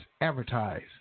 advertise